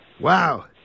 Wow